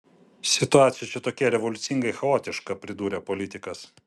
situacija čia tokia revoliucingai chaotiška pridūrė politikas